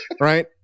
right